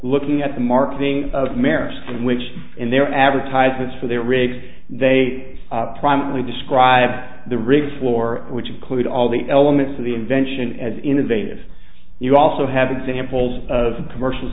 looking at the marketing of marriage which in their advertisements for their rigs they primarily describe the rig floor which include all the elements of the invention as innovative you also have examples of commercial